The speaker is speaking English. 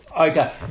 Okay